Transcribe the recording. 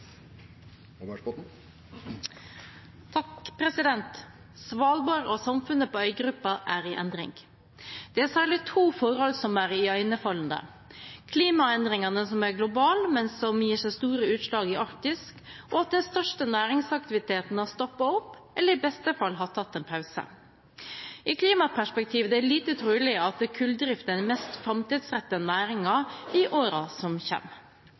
i endring. Det er særlig to forhold som er iøynefallende: Klimaendringene som er globale, men som gir seg store utslag i Arktis, og at den største næringsaktiviteten har stoppet opp – eller i beste fall har tatt en pause. I et klimaperspektiv er det vel lite trolig at kulldrift er den mest framtidsrettede næringen i årene som